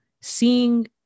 seeing